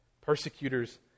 persecutors